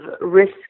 risk